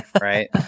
right